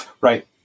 Right